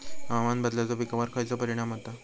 हवामान बदलाचो पिकावर खयचो परिणाम होता?